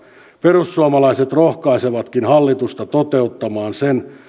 perussuomalaiset rohkaisevatkin hallitusta toteuttamaan sen